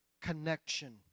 connection